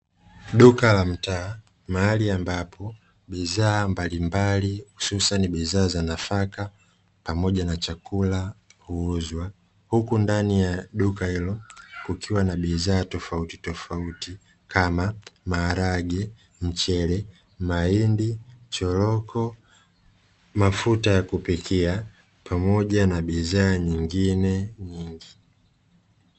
Duka la mtaa mahali ambapo bidhaa mbalimbali za chakula na nafaka huuzwa kukiwa na bidhaa mbalimbali kama maharage,